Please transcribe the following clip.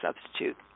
substitute